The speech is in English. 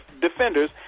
defenders